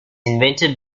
invented